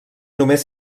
només